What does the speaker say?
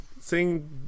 sing